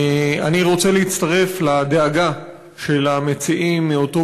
אני רוצה להצטרף לדאגה של המציעים מאותו